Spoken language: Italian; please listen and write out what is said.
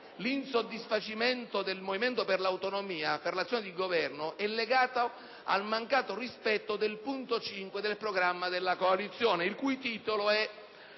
l'insoddisfazione del Movimento per le Autonomie per l'azione del Governo è legata al mancato rispetto del punto 5 del programma della coalizione, che recita: «Noi